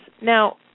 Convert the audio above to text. Now